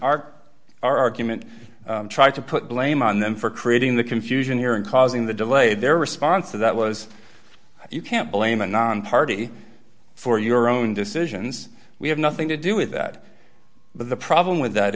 we are argument try to put blame on them for creating the confusion here and causing the delay their response to that was you can't blame a nonparty for your own decisions we have nothing to do with that but the problem with that